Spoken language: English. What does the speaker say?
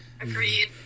Agreed